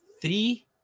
three